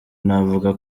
navuga